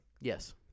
Yes